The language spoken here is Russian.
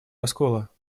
раскола